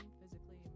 physically